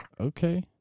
okay